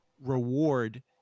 reward